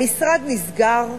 המשרד נסגר,